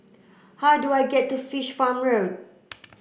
how do I get to Fish Farm Road